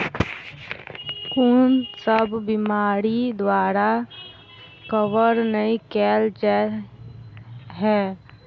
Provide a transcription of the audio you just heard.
कुन सब बीमारि द्वारा कवर नहि केल जाय है?